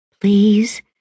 Please